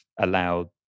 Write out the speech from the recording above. allowed